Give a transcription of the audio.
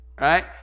right